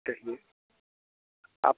कहिए आप